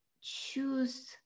choose